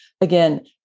Again